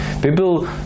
People